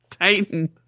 Titan